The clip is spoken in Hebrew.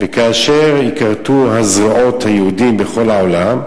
וכאשר ייכרתו הזרועות היהודיות בכל העולם,